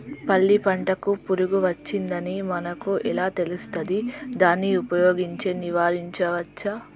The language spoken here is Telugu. పల్లి పంటకు పురుగు వచ్చిందని మనకు ఎలా తెలుస్తది దాన్ని ఉపయోగించి నివారించవచ్చా?